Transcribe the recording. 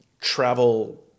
Travel